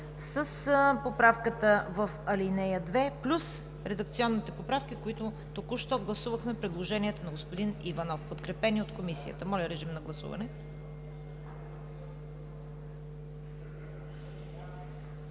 с поправката в ал. 2 плюс редакционните поправки, които току-що гласувахме – предложенията на господин Иванов, подкрепени от Комисията. Гласували